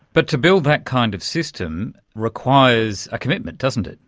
but to build that kind of system requires a commitment, doesn't it,